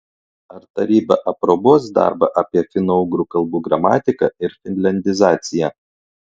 ar taryba aprobuos darbą apie finougrų kalbų gramatiką ir finliandizaciją